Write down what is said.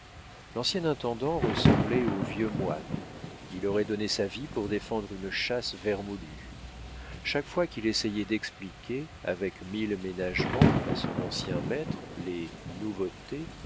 l'ancien intendant ressemblait au vieux moine il aurait donné sa vie pour défendre une châsse vermoulue chaque fois qu'il essayait d'expliquer avec mille ménagements à son ancien maître les nouveautés